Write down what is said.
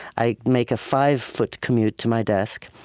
i make a five-foot commute to my desk,